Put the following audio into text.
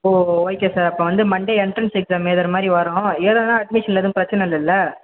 ஓ okay sir அப்போ வந்து Monday entrance exam எழுதுறமாரி வரோம் எழுதுலன்னா அட்மிஷனில் எதுவும் பிரச்சனை இல்லைல்ல